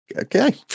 okay